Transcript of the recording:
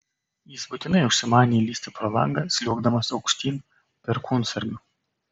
jis būtinai užsimanė įlįsti pro langą sliuogdamas aukštyn perkūnsargiu